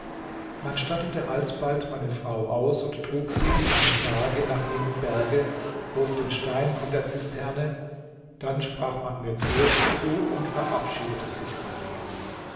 man stattete alsbald meine frau aus und trug sie in einem sarge nach jenem berge hob den stein von der zisterne dann sprach man mir trost zu und verabschiedete sich von mir